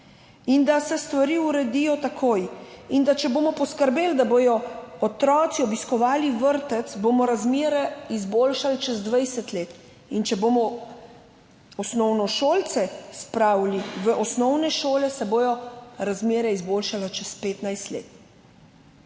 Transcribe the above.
in da se stvari uredijo takoj, in da če bomo poskrbeli, da bodo otroci obiskovali vrtec, bomo razmere izboljšali čez 20 let, in če bomo osnovnošolce spravili v osnovne šole, se bodo razmere izboljšale čez 15 let.